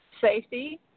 safety